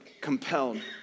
compelled